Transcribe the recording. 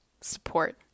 support